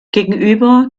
gegenüber